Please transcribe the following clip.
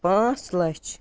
پانٛژھ لَچھ